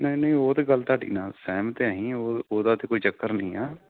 ਨਹੀਂ ਨਹੀਂ ਉਹ ਤਾਂ ਗੱਲ ਤੁਹਾਡੀ ਨਾਲ ਸਹਿਮਤ ਹੈ ਅਸੀਂ ਉਹ ਉਹਦਾ ਤਾਂ ਕੋਈ ਚੱਕਰ ਨਹੀਂ ਆ